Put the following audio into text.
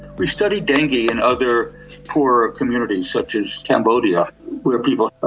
we studied dengue in other poorer communities such as cambodia where people,